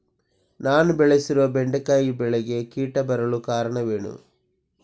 ನಾನು ಬೆಳೆಸಿರುವ ಬೆಂಡೆಕಾಯಿ ಬೆಳೆಗೆ ಕೀಟ ಬರಲು ಕಾರಣವೇನು?